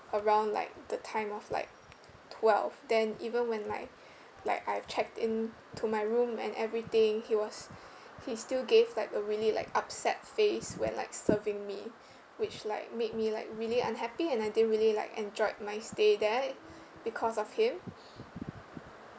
around like the time of like twelve then even when like like I've checked in to my room and everything he was he's still gave like a really like upset face when like serving me which like made me like really unhappy and I didn't really like enjoyed my stay there because of him